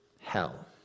hell